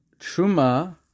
Truma